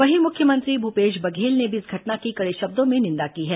वहीं मुख्यमंत्री भूपेश बघेल ने भी इस घटना की कड़े शब्दों में निंदा की है